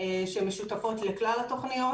שמשותפות לכלל התוכניות.